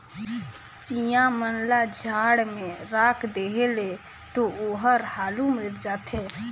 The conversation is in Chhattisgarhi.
चिंया मन ल जाड़ में राख देहे ले तो ओहर हालु मइर जाथे